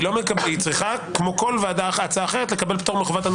היא צריכה כמו כל הצעה אחרת לקבל פטור מחובת הנחה.